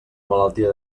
malaltia